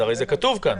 הרי זה כתוב כאן.